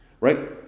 Right